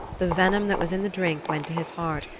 the venom that was in the drink went to his heart,